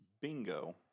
Bingo